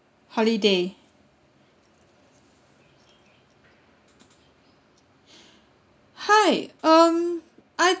holiday hi um I